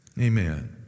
Amen